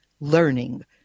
learning